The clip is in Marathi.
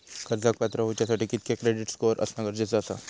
कर्जाक पात्र होवच्यासाठी कितक्या क्रेडिट स्कोअर असणा गरजेचा आसा?